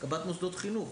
מקב"ט מוסדות החינוך.